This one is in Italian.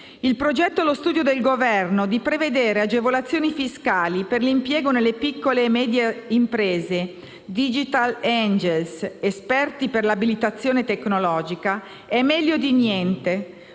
Il progetto allo studio del Governo di prevedere agevolazioni fiscali per l'impiego nelle piccole e medie imprese *digital angel* (esperti per l'abilitazione tecnologica) è meglio di niente,